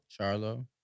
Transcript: Charlo